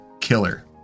killer